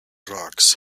rocks